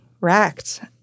wrecked